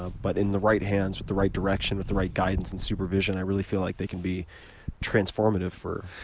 ah but in the right hands, with the right direction, with the right guidance and supervision, i really feel like they can be transformative for